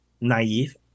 naive